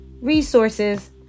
resources